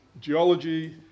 geology